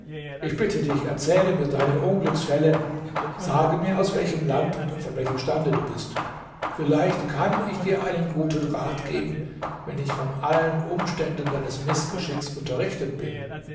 ich bitte dich erzähle mir deine unglücksfälle sage mir aus welchem land und von welchem stande du bist vielleicht kann ich dir einen guten rat geben wenn ich von allen umständen deines mißgeschicks unterrichtet bin